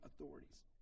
authorities